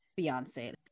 Beyonce